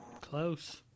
Close